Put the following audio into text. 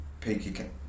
Peaky